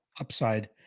upside